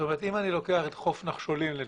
אם אני לוקח את חוף נחשולים לדוגמה,